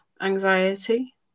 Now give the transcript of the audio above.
Anxiety